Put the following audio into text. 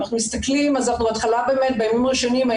אם אנחנו מסתכלים, אז בימים הראשונים,